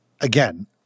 Again